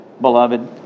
beloved